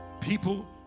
people